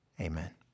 amen